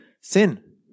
sin